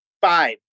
five